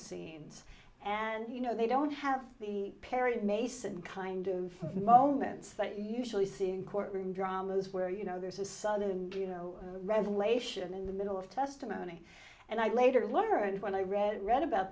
scenes and you know they don't have the perry mason kind of moments that you usually see in courtroom dramas where you know there's a sudden you know revelation in the middle of testimony and i later learned when i read read about